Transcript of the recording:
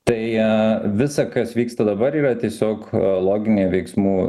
tai visa kas vyksta dabar yra tiesiog loginė veiksmų